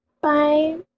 Bye